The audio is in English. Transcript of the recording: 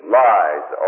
lies